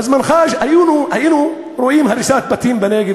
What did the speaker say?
בזמנך אנחנו רואים הריסת בתים בנגב,